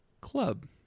Club